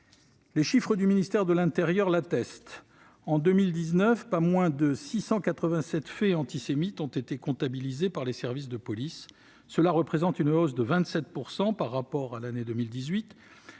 Les chiffres du ministère de l'intérieur l'attestent : en 2019, pas moins de 687 faits antisémites ont été comptabilisés par les services de police, ce qui représente une hausse de 27 % par rapport à l'année 2018,